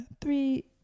three